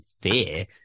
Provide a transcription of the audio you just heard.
Fear